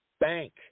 bank